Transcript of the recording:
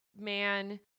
man